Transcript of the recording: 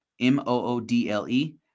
M-O-O-D-L-E